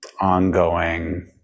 Ongoing